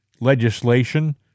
legislation